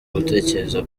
gutekereza